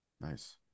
Nice